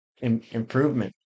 improvement